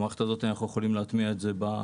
את המערכת הזאת אנחנו יכולים להטמיע באוטובוסים.